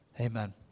amen